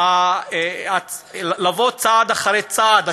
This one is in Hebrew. של צעד אחרי צעד,